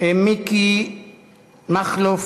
מיקי מכלוף